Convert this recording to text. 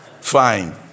Fine